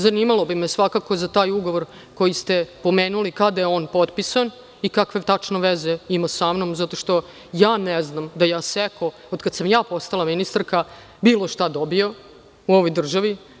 Zanimalo bi me svakako za taj ugovor koji ste pomenuli, kada je on potpisan i kakve tačno veze ima sa mnom, zato što ja ne znam da je „Asecco“, od kad sam ja postala ministarka, bilo šta dobio u ovoj državi.